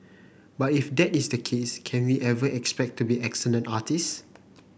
but if that is the case can we ever expect to be excellent artists